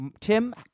Tim